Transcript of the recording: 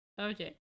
Okay